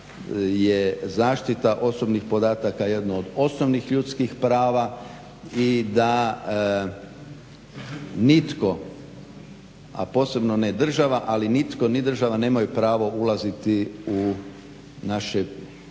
je zaštita osobnih podataka jedno od osnovnih ljudskih prava i da nitko, a posebno ne država, ali nitko ni država nemaju pravo ulaziti u naše intimne